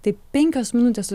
tai penkios minutės